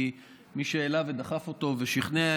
כמי שהעלה ודחף אותו ושכנע,